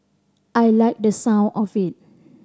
I liked the sound of it